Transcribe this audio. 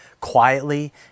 quietly